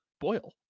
boil